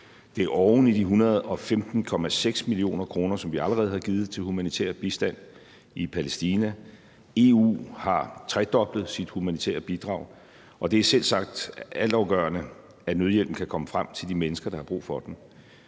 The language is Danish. Det er oven i de 115,6 mio. kr., som vi allerede har givet til humanitær bistand i Palæstina. EU har tredoblet sit humanitære bidrag, og det er selvsagt altafgørende, at nødhjælpen kan komme frem til de mennesker, der har brug for den.